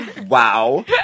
wow